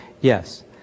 Yes